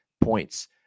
points